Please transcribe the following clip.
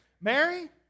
Mary